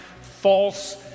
false